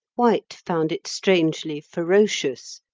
white found it strangely ferocious,